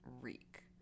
reek